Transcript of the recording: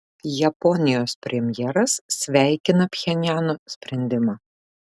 japonijos premjeras sveikina pchenjano sprendimą